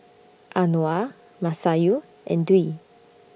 Anuar Masayu and Dwi